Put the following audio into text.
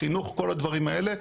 חינוך כל הדברים האלה,